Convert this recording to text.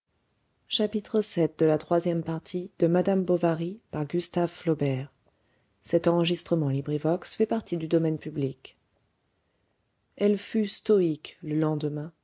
elle fut stoïque le lendemain